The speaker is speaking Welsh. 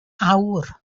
awr